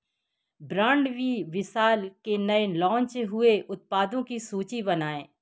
brand B Vishal के नए launch हुए उत्पादों की सूची बनाएँ